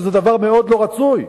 שזה דבר מאוד לא רצוי.